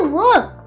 work